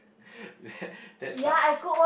that that sucks